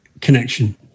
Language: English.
connection